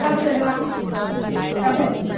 कब भेजवाऊँ कब भेजवाऊँ